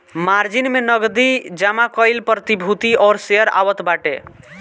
margin में नगदी जमा कईल प्रतिभूति और शेयर आवत बाटे